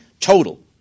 total